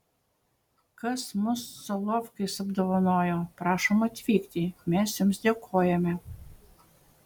kas mus solovkais apdovanojo prašom atvykti mes jums dėkojame